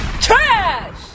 Trash